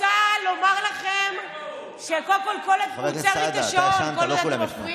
רוצה לדבר ואתם מפריעים